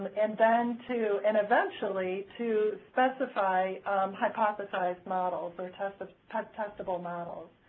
and then too, and eventually to specify hypothesized models testable testable models.